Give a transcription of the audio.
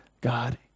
God